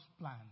plan